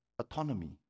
autonomy